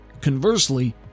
conversely